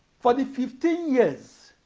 for the fifteen years,